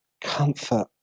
comfort